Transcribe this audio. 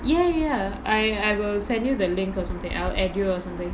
ya ya ya I I will send you the link or something I'll add you or something